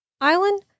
island